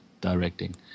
directing